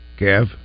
Kev